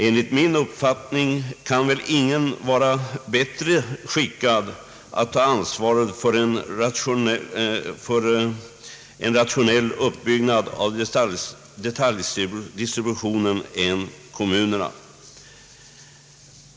Enligt min uppfattning kan väl ingen vara bättre skickad att ta ansvaret för en rationell uppbyggnad av detaljdistributionen än kommunerna.